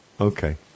Okay